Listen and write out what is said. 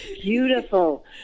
Beautiful